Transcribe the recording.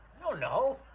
don't know,